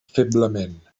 feblement